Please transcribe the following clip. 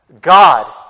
God